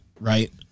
right